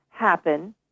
happen